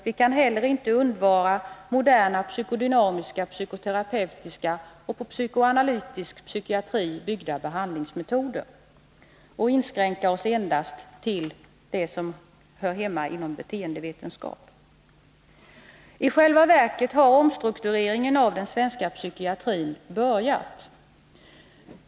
Vi kan heller inte undvara moderna psykodynamiska, psykoterapeutiska och på psykoanalytisk psykiatri byggda behandlingsmetoder och inskränka oss endast till det som hör hemma inom beteendevetenskap. I själva verket har omstruktureringen av den svenska psykiatrin börjat.